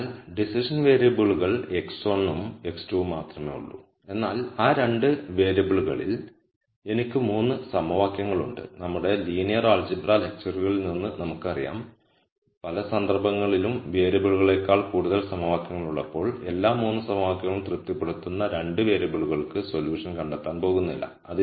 അതിനാൽ ഡിസിഷൻ വേരിയബിളുകൾ x1 ഉം x2 ഉം മാത്രമേ ഉള്ളൂ എന്നാൽ ആ 2 വേരിയബിളുകളിൽ എനിക്ക് 3 സമവാക്യങ്ങൾ ഉണ്ട് നമ്മളുടെ ലീനിയർ അൽജിബ്ര ലെക്ച്ചറുകളിൽ നിന്ന് നമുക്ക് അറിയാം നമുക്ക് പല സന്ദർഭങ്ങളിലും വേരിയബിളുകളേക്കാൾ കൂടുതൽ സമവാക്യങ്ങൾ ഉള്ളപ്പോൾ എല്ലാ 3 സമവാക്യങ്ങളും തൃപ്തിപ്പെടുത്തുന്ന 2 വേരിയബിളുകൾക്ക് സൊല്യൂഷൻ കണ്ടെത്താൻ പോകുന്നില്ല